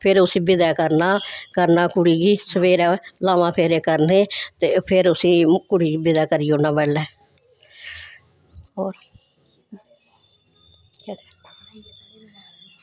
ते फिर उस्सी विदा करना कुड़ी गी सबेरे लामां फेरे करने ते फिर उस्सी कुड़ी गी विदा करी ओड़ना बडलै होर